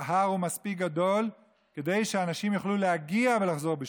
ההר מספיק גדול כדי שאנשים יוכלו להגיע ולחזור בשלום.